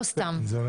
לא סתם הכנסנו אותה.